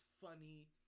funny